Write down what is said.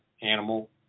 animal